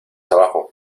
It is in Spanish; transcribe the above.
abajo